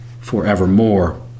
forevermore